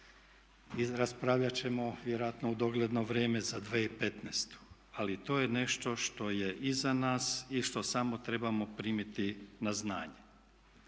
i raspravljat ćemo vjerojatno u dogledno vrijeme za 2015. Ali to je nešto što je iza nas i što samo trebamo primiti na znanje.